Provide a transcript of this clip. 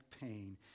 pain